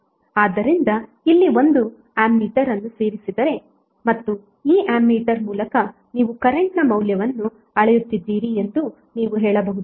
ಆದ್ದರಿಂದ ಇಲ್ಲಿ ಒಂದು ಆಮ್ಮೀಟರ್ ಅನ್ನು ಸೇರಿಸಿದ್ದರೆ ಮತ್ತು ಈ ಆಮ್ಮೀಟರ್ ಮೂಲಕ ನೀವು ಕರೆಂಟ್ ನ ಮೌಲ್ಯವನ್ನು ಅಳೆಯುತ್ತಿಧಿರಿ ಎಂದು ನೀವು ಹೇಳಬಹುದು